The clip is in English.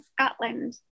Scotland